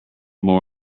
more